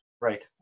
Right